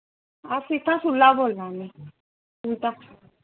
अस इत्थां सुल्ला बोल्ला ने